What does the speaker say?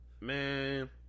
man